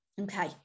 okay